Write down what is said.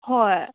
ꯍꯣꯏ